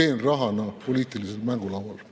peenrahana poliitilisel mängulaual.